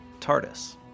TARDIS